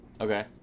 Okay